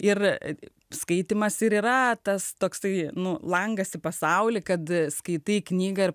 ir skaitymas ir yra tas toksai nu langas į pasaulį kad skaitai knygą ir